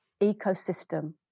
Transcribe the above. ecosystem